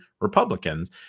Republicans